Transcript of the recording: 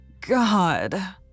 God